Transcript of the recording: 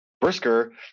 Brisker